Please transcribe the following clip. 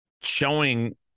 showing